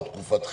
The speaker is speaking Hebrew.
או תקופת חירום,